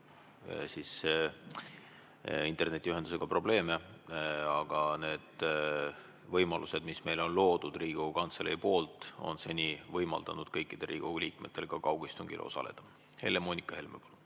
on internetiühendusega probleeme. Aga need võimalused, mis meile on loodud Riigikogu Kantselei poolt, on seni võimaldanud kõikidel Riigikogu liikmetel ka kaugistungil osaleda. Helle-Moonika Helme,